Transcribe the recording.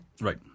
Right